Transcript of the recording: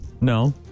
No